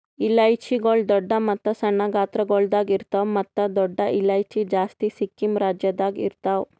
ಇಲೈಚಿಗೊಳ್ ದೊಡ್ಡ ಮತ್ತ ಸಣ್ಣ ಗಾತ್ರಗೊಳ್ದಾಗ್ ಇರ್ತಾವ್ ಮತ್ತ ದೊಡ್ಡ ಇಲೈಚಿ ಜಾಸ್ತಿ ಸಿಕ್ಕಿಂ ರಾಜ್ಯದಾಗ್ ಇರ್ತಾವ್